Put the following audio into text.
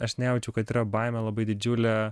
aš nejaučiau kad yra baimė labai didžiulė